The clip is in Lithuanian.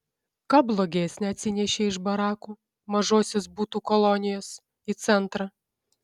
ką blogesnio atsinešei iš barakų mažosios butų kolonijos į centrą